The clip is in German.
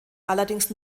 allerdings